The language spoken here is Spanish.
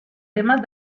temas